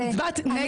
הצבעת נגד החוק הזה.